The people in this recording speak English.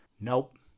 Nope